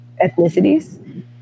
ethnicities